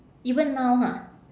even now ha